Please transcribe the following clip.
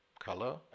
Color